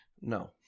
No